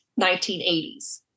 1980s